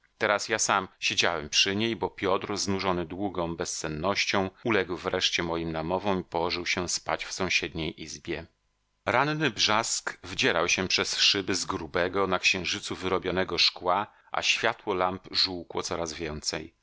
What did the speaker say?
teraz ja sam siedziałem przy niej bo piotr znużony długą bezsennością uległ wreszcie moim namowom i położył się spać w sąsiedniej izbie ranny brzask wdzierał się przez szyby z grubego na księżycu wyrobionego szkła a światło lamp żółkło coraz więcej